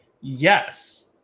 Yes